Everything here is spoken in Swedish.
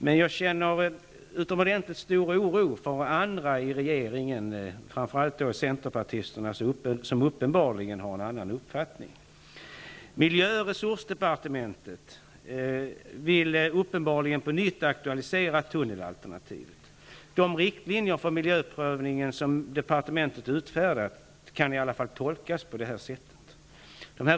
Men jag känner utomordentligt stor oro för andra i regeringen -- framför allt centerpartisterna som uppenbarligen har en annan uppfattning. Miljö och resursdepartementet vill uppenbarligen på nytt aktualisera tunnelalternativet. De riktlinjer för miljöprövningen som departementet utfärdat kan i alla fall tolkas på det här sättet.